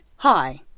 Hi